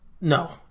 No